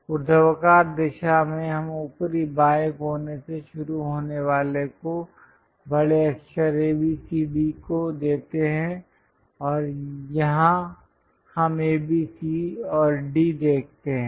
ऊर्ध्वाधर दिशा में हम ऊपरी बाएँ कोने से शुरू होने वाले को बड़े अक्षर A B C D को देते हैं और यहाँ हम A B C और D देखते हैं